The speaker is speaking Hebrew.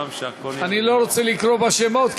אני לא רוצה לקרוא בשמות,